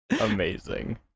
amazing